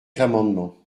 l’amendement